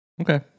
Okay